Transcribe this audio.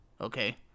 okay